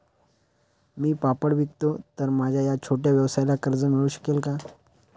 मी पापड विकतो तर माझ्या या छोट्या व्यवसायाला कर्ज मिळू शकेल का?